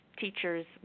Teachers